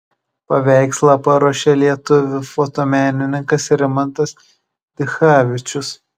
paveikslą paruošė lietuvių fotomenininkas rimantas dichavičius